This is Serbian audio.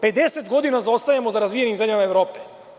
Pedeset godina zaostajemo za razvijenim zemljama Evrope.